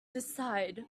decide